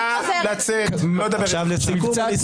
לסיכום,